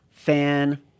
Fan